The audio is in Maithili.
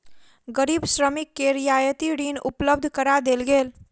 गरीब श्रमिक के रियायती ऋण उपलब्ध करा देल गेल